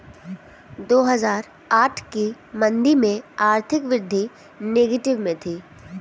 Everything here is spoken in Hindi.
दो हजार आठ की मंदी में आर्थिक वृद्धि नेगेटिव में थी